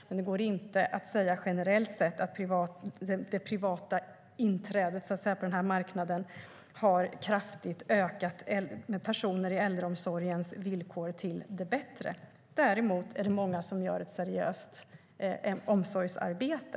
Det går dock inte att säga generellt sett att det privata inträdet på marknaden kraftigt har förbättrat villkoren för personer i äldreomsorgen. Däremot är det många som gör ett seriöst omsorgsarbete.